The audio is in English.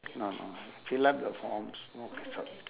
oh fill up the forms no